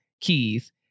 Keys